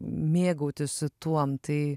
mėgautis tuom tai